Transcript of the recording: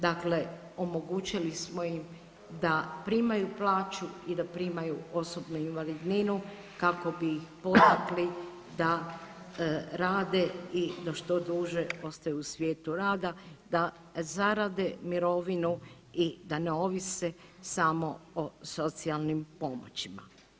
Dakle, omogućili smo im da primaju plaću i da primaju osobnu invalidninu kako bi ih potakli da rade i da što duže ostaju u svijetu rada, da zarade mirovinu i da ne ovise samo o socijalnim pomoćima.